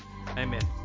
Amen